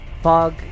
Fog